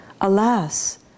alas